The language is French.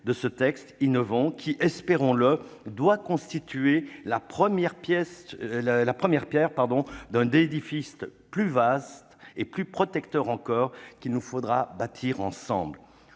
de ce texte innovant qui constituera, espérons-le, la première pierre d'un édifice plus vaste et plus protecteur encore, qu'il nous faudra bâtir ensemble.